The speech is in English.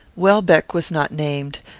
welbeck was not named,